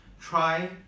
try